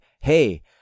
hey